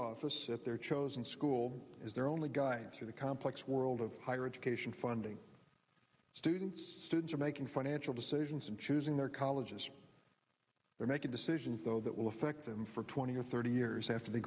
office at their chosen school is their only guidance or the complex world of higher education funding students students are making financial decisions and choosing their colleges they're making decisions though that will affect them for twenty or thirty years after they